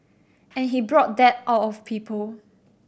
and he brought that out of people